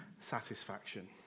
satisfaction